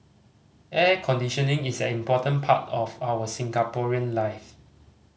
air conditioning is an important part of our Singaporean life